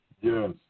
Yes